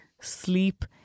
sleep